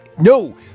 no